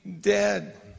dead